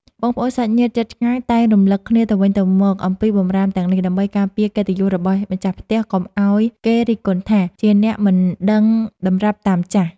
បងប្អូនសាច់ញាតិជិតឆ្ងាយតែងរំលឹកគ្នាទៅវិញទៅមកអំពីបម្រាមទាំងនេះ ដើម្បីការពារកិត្តិយសរបស់ម្ចាស់ផ្ទះកុំឱ្យគេរិះគន់ថា ជាអ្នកមិនដឹងតម្រាប់តាមចាស់។